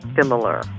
similar